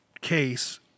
case